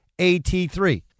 AT3